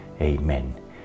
Amen